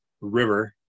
river